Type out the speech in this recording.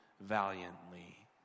valiantly